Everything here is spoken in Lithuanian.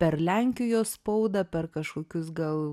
per lenkijos spaudą per kažkokius gal